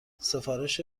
سفارش